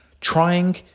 Trying